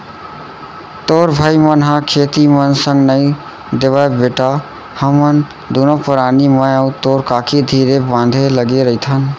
तोर भाई मन ह खेती म संग नइ देवयँ बेटा हमन दुनों परानी मैं अउ तोर काकी धीरे बांधे लगे रइथन